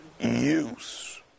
Use